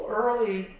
early